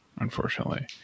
unfortunately